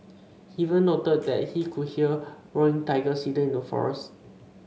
he even noted that he could hear roaring tigers hidden in the forest